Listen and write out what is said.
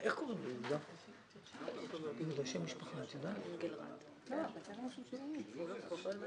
אתמול היו כמה שיחות בנושא.